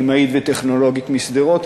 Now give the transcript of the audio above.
כימאית וטכנולוגית משדרות.